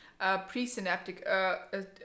presynaptic